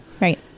Right